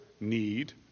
need